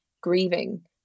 grieving